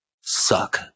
suck